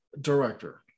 director